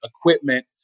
equipment